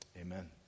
Amen